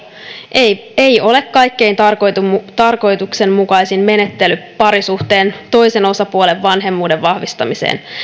ei ei ole kaikkein tarkoituksenmukaisin menettely parisuhteen toisen osapuolen vanhemmuuden vahvistamiseen